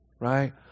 Right